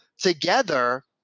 together